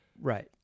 right